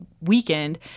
weakened